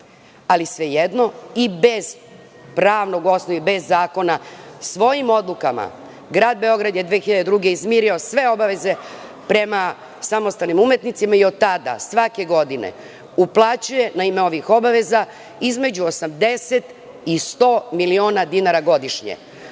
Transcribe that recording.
Ali, svejedno i bez pravnog pravnog osnova i bez zakona svojim odlukama Grad Beograd je 2002. godine izmirio sve obaveze prema samostalnim umetnicima i od tada svake godine uplaćuje na ime novih obaveza između 80 i 100 miliona dinara godišnje.